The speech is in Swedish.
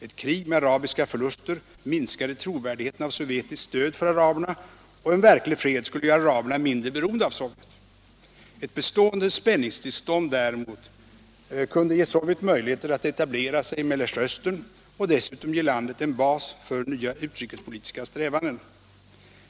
Ett krig med arabiska förluster minskade trovärdigheten av sovjetiskt stöd för araberna, och en verklig fred skulle göra araberna mindre beroende av Sovjet. Ett bestående spänningstillstånd däremot kunde ge Sovjet möjligheter att etablera sig i Mellersta Östern och dessutom ge landet en bas för nya utrikespolitiska strävanden.